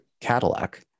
Cadillac